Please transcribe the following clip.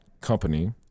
company